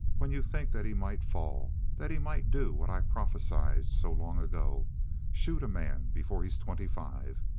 when you think that he might fall that he might do what i prophesied so long ago shoot a man before he's twenty-five?